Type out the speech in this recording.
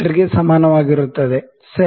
ಗೆ ಸಮಾನವಾಗಿರುತ್ತದೆ ಸರಿ